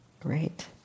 Great